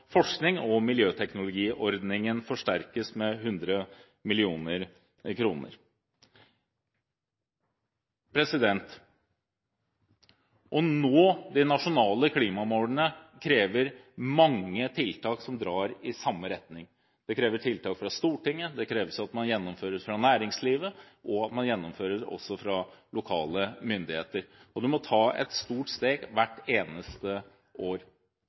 forskning, og miljøteknologiordningen forsterkes med 100 mill. kr. Å nå de nasjonale klimamålene krever mange tiltak som drar i samme retning. Det krever tiltak fra Stortinget, det kreves at man gjennomfører fra næringslivet, og at man gjennomfører også fra lokale myndigheter. Og man må ta et stort steg hvert eneste år.